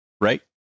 Right